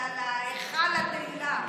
להיכל התהילה.